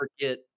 forget